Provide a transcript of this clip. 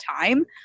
time